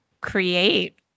create